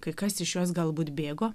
kai kas iš jos galbūt bėgo